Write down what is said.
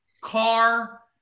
car